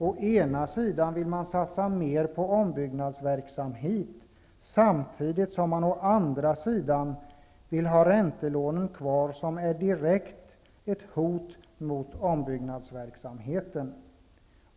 Å ena sida vill Socialdemokraterna satsa mer på ombyggnadsverksamhet, samtidigt som de å andra sidan vill ha räntelånen kvar, som är ett direkt hot mot ombyggnadsverksamheten.